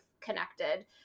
connected